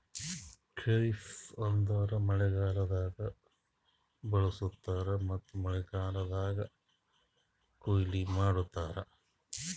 ಖರಿಫ್ ಅಂದುರ್ ಮಳೆಗಾಲ್ದಾಗ್ ಬೆಳುಸ್ತಾರ್ ಮತ್ತ ಮಳೆಗಾಲ್ದಾಗ್ ಕೊಯ್ಲಿ ಮಾಡ್ತಾರ್